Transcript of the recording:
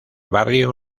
barrio